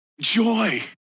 Joy